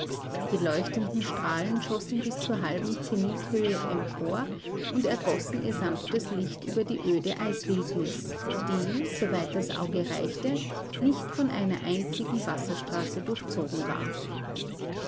die leuchtenden strahlen schossen bis zur halben zenithöhe empor und ergossen ihr sanftes licht über die öde eiswildnis die soweit das auge reichte nicht von einer einzigen wasserstraße durchzogen war